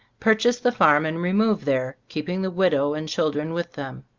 purchase the farm, and remove there, keeping the widow and children with them.